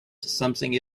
something